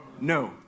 No